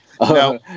No